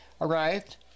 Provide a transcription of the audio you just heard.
arrived